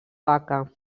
vaca